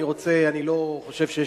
אני רוצה, אני לא חושב שיש